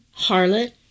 harlot